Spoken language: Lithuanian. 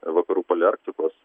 vakarų poliarktikos